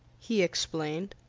he explained.